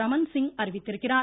ரமன்சிங் அறிவித்திருக்கிறார்